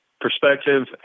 perspective